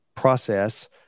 process